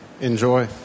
Enjoy